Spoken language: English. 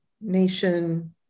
nation